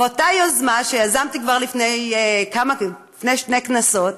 ואותה יוזמה שיזמתי כבר לפני שתי כנסות